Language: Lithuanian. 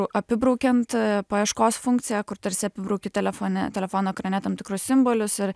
apibraukiant paieškos funkciją kur tarsi apibrauki telefone telefono ekrane tam tikrus simbolius ir